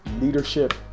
leadership